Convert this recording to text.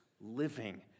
living